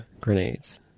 grenades